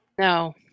No